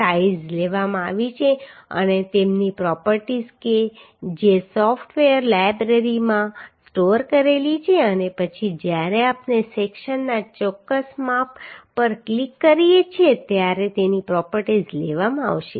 size લેવામાં આવી છે અને તેમની પ્રોપર્ટીઝ કે જે સોફ્ટવેરની લાઇબ્રેરીમાં સ્ટોર કરેલી છે અને પછી જ્યારે આપણે સેક્શનના ચોક્કસ માપ પર ક્લિક કરીએ છીએ ત્યારે તેની પ્રોપર્ટીઝ લેવામાં આવશે